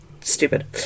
stupid